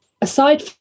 aside